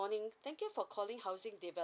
morning thank you for calling housing